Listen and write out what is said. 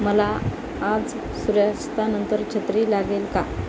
मला आज सूर्यास्तानंतर छत्री लागेल का